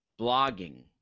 Blogging